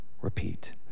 repeat